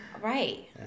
Right